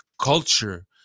culture